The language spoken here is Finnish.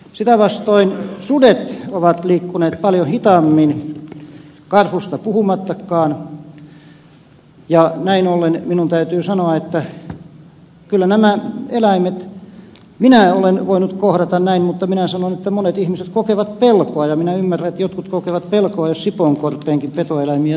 sitä vastoin sudet ovat liikkuneet paljon hitaammin karhusta puhumattakaan ja näin ollen minun täytyy sanoa että kyllä nämä eläimet minä olen voinut kohdata näin mutta minä sanon että monet ihmiset kokevat pelkoa ja minä ymmärrän että jotkut kokevat pelkoa jos sipoonkorpeenkin petoeläimiä